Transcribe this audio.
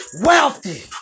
wealthy